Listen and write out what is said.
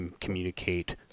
communicate